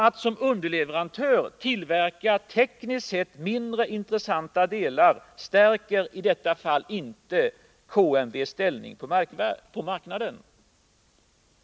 Att som underleverantör tillverka tekniskt sett mindre intressanta delar stärker i detta fall icke KMW:s ställning på marknaden.